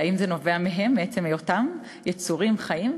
האם זה נובע מהם, מעצם היותם יצורים חיים,